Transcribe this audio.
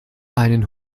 einen